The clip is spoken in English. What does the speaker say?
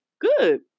good